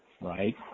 right